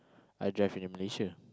I drive in uh Malaysia